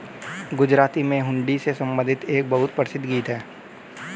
गुजराती में हुंडी से संबंधित एक बहुत प्रसिद्ध गीत हैं